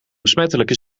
besmettelijke